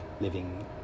living